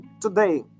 today